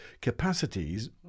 capacities